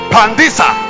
Pandisa